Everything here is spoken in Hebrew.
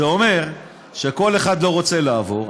זה אומר שכל אחד לא רוצה לעבור,